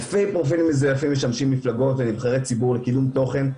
אלפי פרופילים מזויפים משמשים מפלגות ונבחרי ציבור לקידום תוכן,